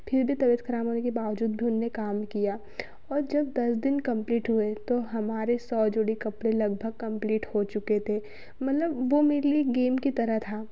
फिर भी तबियत खराब होने के बावजूद भी उनने काम किया और जब दस दिन कम्प्लीट हुए तो हमारे सौ जोड़े कपड़े लगभग कम्प्लीट हो चुके थे मतलब वो मेरे लिए गेम की तरह था